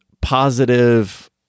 positive